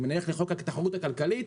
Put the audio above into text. אם אלך לחוק התחרות הכלכלית,